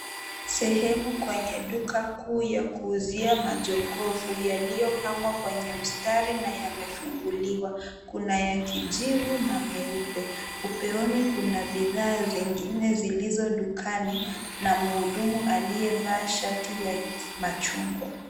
Sehemu kwenye duka kuu ya kuuzia majiko yaliyopangwa kwenye mstari na yamefunguliwa. Kuna ya kijivu na meupe. Upeoni kuna bidhaa zingine zilizo dukani na mhudumu aliyevaa shati ya machungwa.